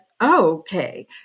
okay